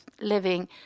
living